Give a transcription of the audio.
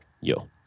yo